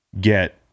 get